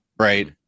right